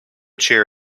cheer